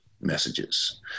messages